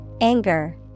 Anger